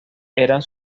eran